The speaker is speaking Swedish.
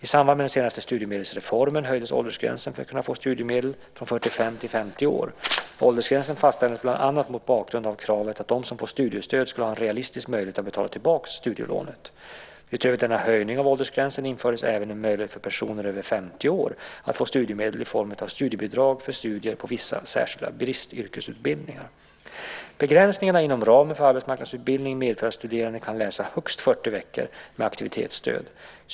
I samband med den senaste studiemedelsreformen höjdes åldersgränsen för att kunna få studiemedel från 45 till 50 år. Åldersgränsen fastställdes bland annat mot bakgrund av kravet att de som får studiestöd ska ha en realistisk möjlighet att betala tillbaka studielånet. Utöver denna höjning av åldersgränsen infördes även en möjlighet för personer över 50 år att få studiemedel i form av studiebidrag för studier på vissa särskilda bristyrkesutbildningar. Begränsningarna inom ramen för arbetsmarknadsutbildning medför att studerande kan läsa högst 40 veckor med aktivitetsstöd.